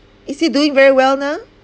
is he doing very well now